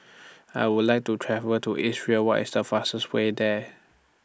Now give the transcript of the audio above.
I Would like to travel to Israel What IS The fastest Way There